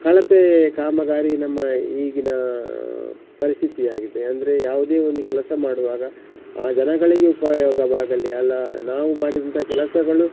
ಕಳಪೆ ಕಾಮಗಾರಿ ನಮ್ಮ ಈಗಿನ ಪರಿಸ್ಥಿತಿಯಾಗಿದೆ ಅಂದರೆ ಯಾವುದೇ ಒಂದು ಕೆಲಸ ಮಾಡುವಾಗ ಆ ಜನಗಳಿಗೆ ಉಪಯೋಗವಾಗಲಿ ಅಲ್ಲ ನಾವು ಮಾಡಿದಂತ ಕೆಲಸಗಳು